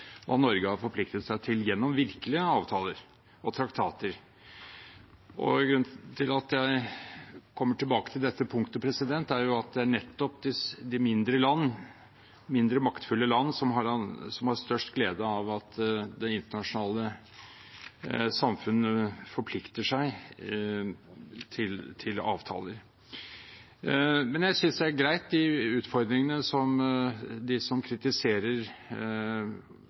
hva Norge har forpliktet seg til gjennom virkelige avtaler og traktater. Grunnen til at jeg kommer tilbake til dette punktet, er at det er nettopp de mindre maktfulle land som har størst glede av at det internasjonale samfunn forplikter seg til avtaler. Men jeg synes det er greit at man kritiserer utfordringene med denne FN-plattformen, og – det må jeg si her – vi har en rekke utmerkede land som